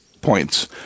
points